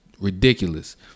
ridiculous